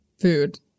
food